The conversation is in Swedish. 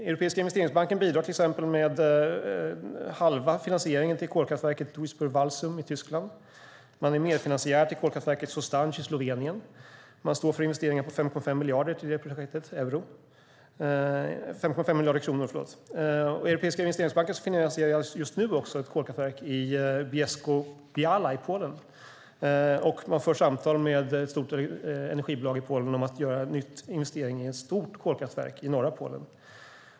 Europeiska investeringsbanken bidrar till exempel med halva finansieringen till kolkraftverket Duisburg-Walsum i Tyskland. Man är medfinansiär till kolkraftverket i Sostanj i Slovenien. Man står för investeringar på 5,5 miljarder kronor till det projektet. Europeiska investeringsbanken finansierar just nu ett kolkraftverk i Bielsko-Biala i Polen. Man för samtal med ett stort energibolag i Polen om nya investeringar i ett stort kolkraftverk i norra Polen.